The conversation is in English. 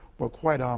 were quite um